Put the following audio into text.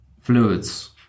fluids